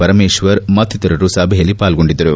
ಪರಮೇಶ್ವರ್ ಮತ್ತಿತರರು ಸಭೆಯಲ್ಲಿ ಪಾಲ್ಗೊಂಡಿದ್ದರು